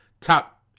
top